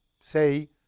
say